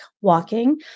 walking